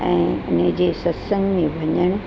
ऐं हुनजे सत्संग में वञण